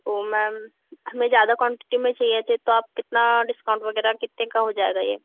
तो मैम हमें ज़्यादा क्वेंटिटी में चाहिए यह तो आप कितना डिस्काउंट वगैरह कितने का हो जाएगा यह